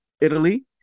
Italy